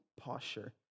posture